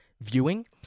viewing